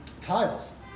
tiles